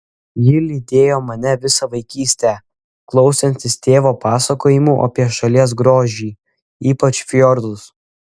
ji lydėjo mane visą vaikystę klausantis tėvo pasakojimų apie šalies grožį ypač fjordus